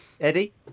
Eddie